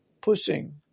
pushing